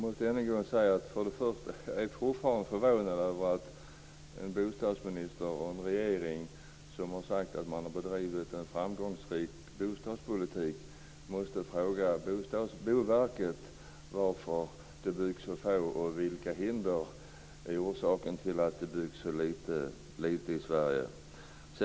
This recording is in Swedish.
Herr talman! Jag måste än en gång säga att jag är förvånad över att en bostadsminister och en regering som säger sig ha bedrivit en framgångsrik bostadspolitik måste fråga Boverket varför det byggs för få lägenheter och vilka orsakerna till att det byggs så lite i Sverige är.